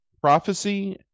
prophecy